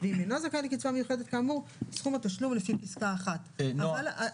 ואם אינו זכאי לקצבה מיוחדת כאמור סכום התשלום לפי פסקה (1)." נעה,